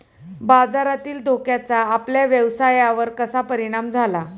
बाजारातील धोक्याचा आपल्या व्यवसायावर कसा परिणाम झाला?